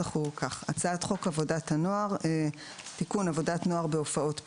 "הצעת חוק עבודת הנוער (תיקון - עבודת נוער בהופעות פרסום),